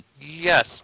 Yes